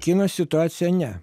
kino situaciją ne